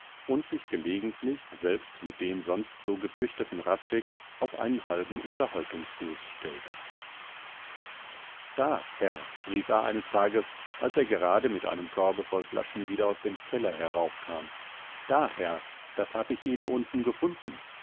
und sich gelegentlich selbst mit dem sonst so gefürchteten hradscheck auf einen halben unterhaltungsfuß stellte da herr rief er eines tages als er gerade mit einem korbe voll flaschen wieder aus dem keller heraufkam da herr das hab ich eben unten gefunden